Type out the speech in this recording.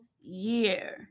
year